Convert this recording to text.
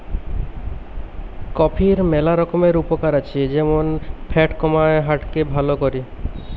কফির ম্যালা রকমের উপকার আছে যেমন ফ্যাট কমায়, হার্ট কে ভাল করে